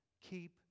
Keep